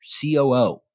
COO